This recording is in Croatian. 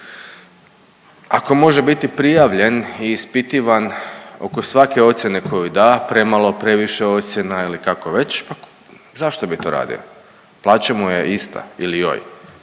ako može biti prijavljen i ispitivan oko svake ocjene koju da, premalo, previše ocjena ili kako već zašto bi to radio, plaća mu je ista ili joj.